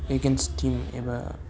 against team एबा